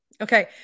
Okay